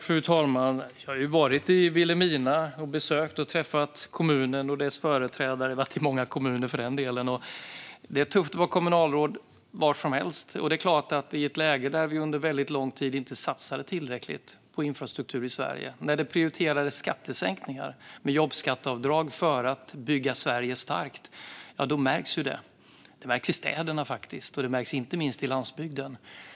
Fru talman! Jag har besökt Vilhelmina och träffat kommunens företrädare. Jag har varit i många kommuner för den delen. Det är tufft att vara kommunalråd var som helst. Under väldigt lång tid satsade vi i Sverige inte tillräckligt på infrastruktur. Man prioriterade skattesänkningar med jobbskatteavdrag framför att bygga Sverige starkt, och det märks. Det märks i städerna, och det märks inte minst på landsbygden.